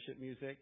music